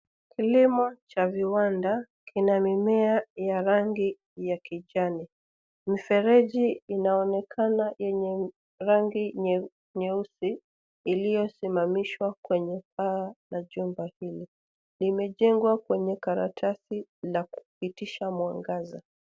Kilimo cha viwanda kina mimea ya rangi ya kijani. Mifereji inaonekana yenye rangi nyeusi iliyosimamishwa kwenye paa la jumba hili. Imejengwa kwenye karatasi na kupitisha mwangaza.